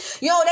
Yo